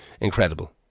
incredible